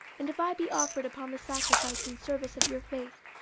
and if i be offered upon the sacrifice and service of your faith,